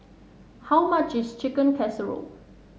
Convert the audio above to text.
how much is Chicken Casserole